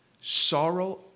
sorrow